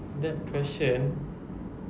that question